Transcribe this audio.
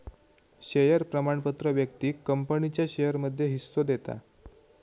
share प्रमाणपत्र व्यक्तिक कंपनीच्या शेयरमध्ये हिस्सो देता